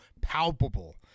palpable